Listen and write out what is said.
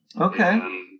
Okay